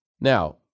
Now